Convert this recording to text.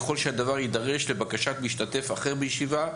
ככל שהדבר יידרש לבקשת משתתף אחר בישיבה,